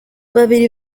babiri